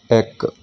ਇੱਕ